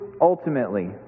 ultimately